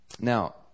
Now